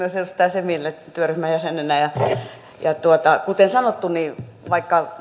semille työryhmän jäsenenä kuten sanottu vaikka